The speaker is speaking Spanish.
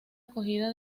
acogida